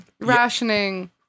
rationing